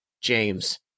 james